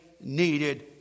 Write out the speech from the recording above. needed